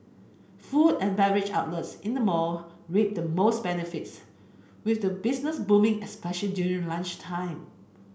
food and beverage outlets in the mall reaped the most benefits with the business booming especially during lunchtime